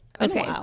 Okay